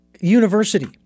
university